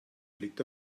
fliegt